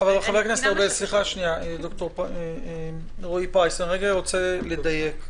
אני רגע רוצה לדייק.